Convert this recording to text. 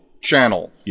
channel